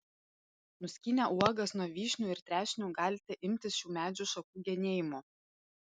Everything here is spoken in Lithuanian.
nuskynę uogas nuo vyšnių ir trešnių galite imtis šių medžių šakų genėjimo